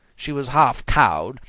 she was half-cowed,